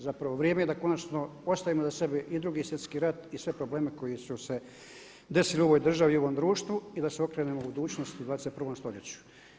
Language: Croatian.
Zapravo vrijeme je da konačno ostavimo iza sebe i 2. Svjetski rat i sve probleme koji su se desili u ovoj državi i u ovom društvu i da se okrenemo budućnosti i 21. stoljeću.